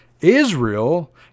Israel